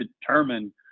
determine